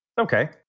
Okay